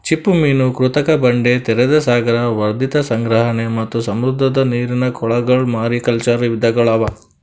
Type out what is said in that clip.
ಚಿಪ್ಪುಮೀನು, ಕೃತಕ ಬಂಡೆ, ತೆರೆದ ಸಾಗರ, ವರ್ಧಿತ ಸಂಗ್ರಹಣೆ ಮತ್ತ್ ಸಮುದ್ರದ ನೀರಿನ ಕೊಳಗೊಳ್ ಮಾರಿಕಲ್ಚರ್ ವಿಧಿಗೊಳ್ ಅವಾ